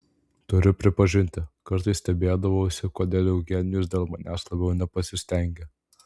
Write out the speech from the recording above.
turiu pripažinti kartais stebėdavausi kodėl eugenijus dėl manęs labiau nepasistengia